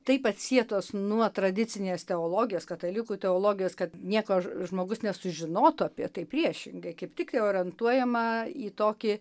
taip atsietos nuo tradicinės teologijos katalikų teologijos kad nieko žmogus nesužinotų apie tai priešingai kaip tik orientuojama į tokį